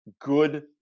good